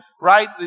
right